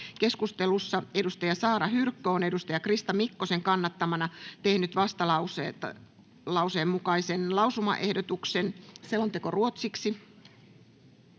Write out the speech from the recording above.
Keskustelussa Saara Hyrkkö on Krista Mikkosen kannattamana tehnyt vastalauseen mukaisen lausumaehdotuksen. [Speech 14]